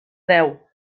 deu